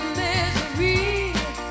misery